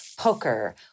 poker